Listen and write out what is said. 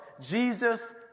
Jesus